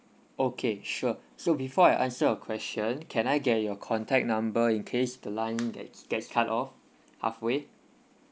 okay sure so before I answer your question can I get your contact number in case the line get gets cut off halfway